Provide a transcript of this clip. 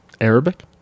Arabic